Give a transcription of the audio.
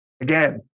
Again